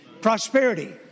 Prosperity